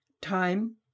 Time